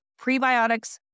prebiotics